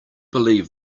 believe